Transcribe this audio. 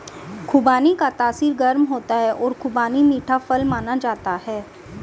खुबानी का तासीर गर्म होता है और खुबानी मीठा फल माना जाता है